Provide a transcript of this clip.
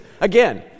again